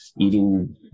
eating